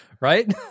Right